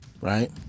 Right